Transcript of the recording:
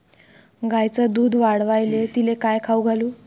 गायीचं दुध वाढवायले तिले काय खाऊ घालू?